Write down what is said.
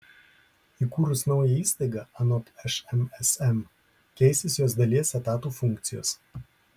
įkūrus naują įstaigą anot šmsm keisis jos dalies etatų funkcijos